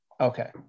Okay